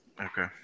Okay